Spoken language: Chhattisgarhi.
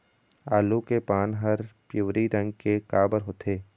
आलू के पान हर पिवरी रंग के काबर होथे?